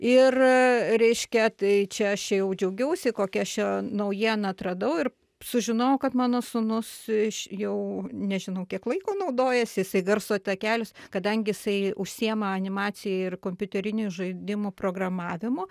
ir reiškia tai čia aš jau džiaugiausi kokią aš čia naujieną atradau ir sužinojau kad mano sūnus jau nežinau kiek laiko naudojasi jisai garso takelius kadangi jisai užsiima animacija ir kompiuterinių žaidimų programavimu